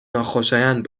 ناخوشایند